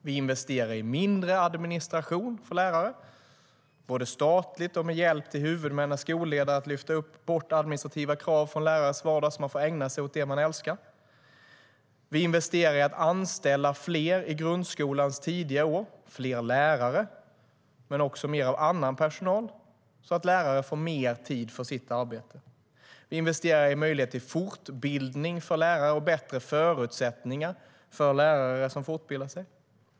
Vi investerar i mindre administration för lärare från statens sida genom att hjälpa huvudmän och skolledare att lyfta bort administrativa krav från lärares vardag så att de kan ägna sig åt det de älskar. Vi investerar i att anställa fler lärare i grundskolans tidiga år. Det ska vara fler lärare och mer av annan personal så att lärarna får mer tid för sitt arbete. Vi investerar i möjligheter till fortbildning för lärare och bättre förutsättningar för lärare som fortbildar sig.